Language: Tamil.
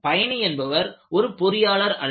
பயணி என்பவர் ஒரு பொறியாளர் அல்ல